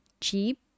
cheap